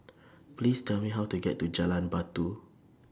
Please Tell Me How to get to Jalan Batu